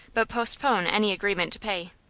but postpone any agreement to pay.